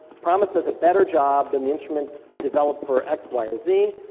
promis does a better job than the instrument developed for x, y or z,